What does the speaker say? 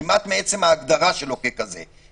כמעט מעצם ההגדרה שלו ככזה?